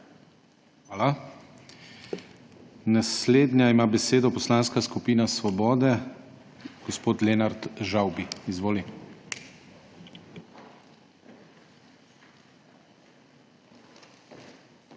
Hvala. Naslednja ima besedo Poslanska skupina Svoboda, gospod Lenart Žavbi. Izvoli.